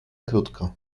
krótko